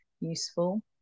useful